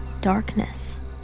darkness